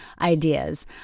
ideas